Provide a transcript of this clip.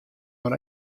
mar